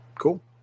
cool